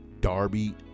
Darby